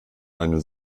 einem